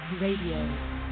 Radio